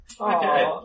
Okay